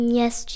yes